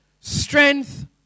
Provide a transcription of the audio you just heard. strength